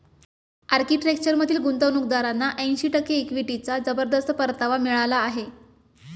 आर्किटेक्चरमधील गुंतवणूकदारांना ऐंशी टक्के इक्विटीचा जबरदस्त परतावा मिळाला आहे